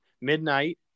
midnight